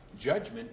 judgment